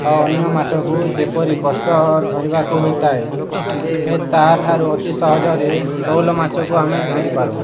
ଆଉ ଅନ୍ୟ ମାଛକୁ ଯେପରି କଷ୍ଟ ଧରିବାକୁ ହୋଇଥାଏ ଏ ତା'ଠାରୁ ଅତି ସହଜରେ ଶେଉଳ ମାଛକୁ ଆମେ ଧରିପାରୁ